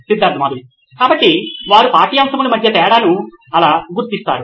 Siddharth Maturi CEO నోయిన్ electronics కాబట్టి వారు పాఠ్యాంశములు మధ్య తేడాను అలా గుర్తిస్తారు